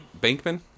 Bankman